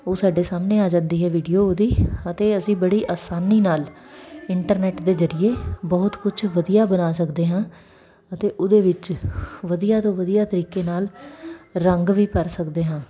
ਉਹ ਸਾਡੇ ਸਾਹਮਣੇ ਆ ਜਾਂਦੀ ਹੈ ਵੀਡੀਓ ਉਹਦੀ ਅਤੇ ਅਸੀਂ ਬੜੀ ਆਸਾਨੀ ਨਾਲ ਇੰਟਰਨੈਟ ਦੇ ਜ਼ਰੀਏ ਬਹੁਤ ਕੁਛ ਵਧੀਆ ਬਣਾ ਸਕਦੇ ਹਾਂ ਅਤੇ ਉਹਦੇ ਵਿੱਚ ਵਧੀਆ ਤੋਂ ਵਧੀਆ ਤਰੀਕੇ ਨਾਲ ਰੰਗ ਵੀ ਭਰ ਸਕਦੇ ਹਾਂ